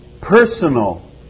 personal